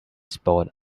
spot